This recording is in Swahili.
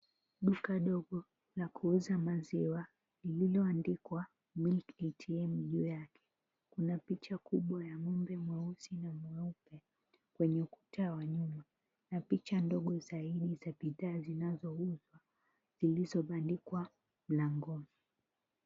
Duka dogo la kuuza maziwa lililoandikwa "Milk ATM" juu yake. Kuna picha kubwa ya ng'ombe mweusi na mweupe kwenye ukuta wa nyuma na picha ndogo zaidi za bidhaa zinazouzwa, zilizobandikwa mlangoni.